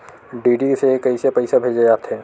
DD से कइसे पईसा भेजे जाथे?